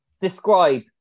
describe